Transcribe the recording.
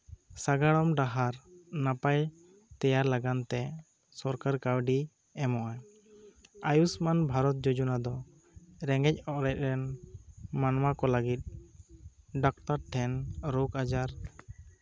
ᱥᱟᱜᱟᱲᱚᱢ ᱰᱟᱦᱟᱨ ᱢᱟᱯᱟ ᱛᱮᱭᱟᱨ ᱞᱟᱜᱟᱱ ᱛᱮ ᱥᱚᱨᱠᱟᱨ ᱠᱟᱣᱰᱤᱭ ᱮᱢᱚᱜᱼᱟ ᱟᱭᱩᱥᱢᱟᱱ ᱵᱷᱟᱨᱚᱛ ᱡᱳᱡᱚᱱᱟ ᱫᱚ ᱨᱮᱸᱜᱮᱡ ᱚᱨᱮᱡ ᱨᱮᱱ ᱢᱟᱱᱣᱟ ᱠᱚ ᱞᱟᱜᱤᱫ ᱰᱟᱠᱛᱟᱨ ᱴᱷᱮᱱ ᱨᱳᱜᱽ ᱟᱡᱟᱨ